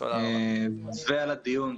ועל הדיון,